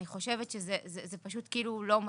אני חושבת שזה לא מתאים.